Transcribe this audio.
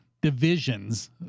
divisions